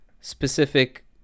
specific